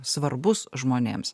svarbus žmonėms